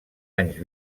anys